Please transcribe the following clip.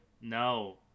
No